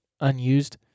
unused